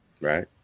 Right